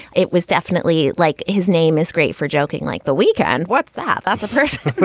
it was definitely like his name is great for joking like the weekend. what's that about the person?